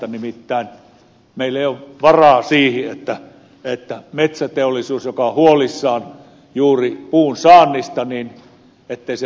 nimittäin meillä ei ole varaa siihen kun metsäteollisuus on huolissaan juuri puun saannista että se menee polttoon